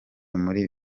muri